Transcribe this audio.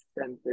center